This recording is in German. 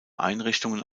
einrichtungen